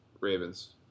Ravens